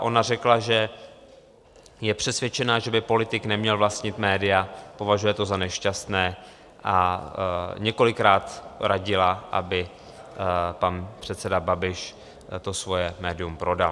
Ona řekla, že je přesvědčena, že by politik neměl vlastnit média, považuje to za nešťastné, a několikrát radila, aby pan předseda Babiš to svoje médium prodal.